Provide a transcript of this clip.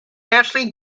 ashley